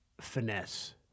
finesse